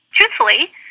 truthfully